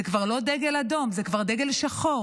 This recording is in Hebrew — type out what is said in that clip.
זה כבר לא דגל אדום, זה כבר דגל שחור.